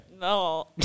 No